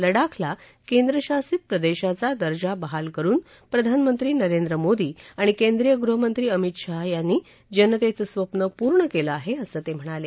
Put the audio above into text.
लडाखला केंद्रशासित प्रदेशाचा दर्जा बहाल करुन प्रधानमंत्री नरेंद्र मोदी आणि केंद्रीय गृहमंत्री अमित शहा यांनी जनतेचं स्वप्न पूर्ण केलं आहे असं ते म्हणाले